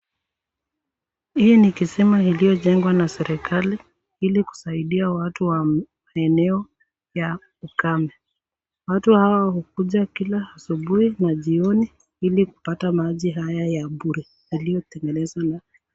Hii ni kisima iliyojengwa na serikali ili kusaidia watu wa eneo la ukame. Watu hawa hukuja kila asubuhi na jioni ili kupata maji haya ya bure yaliyotengenezwa na...